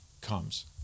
comes